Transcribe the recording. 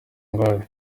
ndwaye